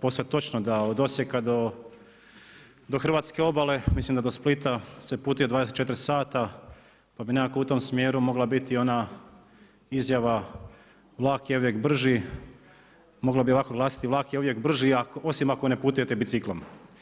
posve točno da od Osijeka do hrvatske obale, mislim da do Splita se putuje 24 sata, pa bi nekako u tom smjeru mogla biti ona izjava „Vlak je uvijek brži“, mogla bi ovako glasiti „Vlak je uvijek brži osim ako ne putujete biciklom“